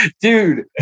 Dude